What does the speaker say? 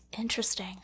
Interesting